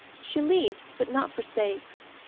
she leaves, but not forsakes.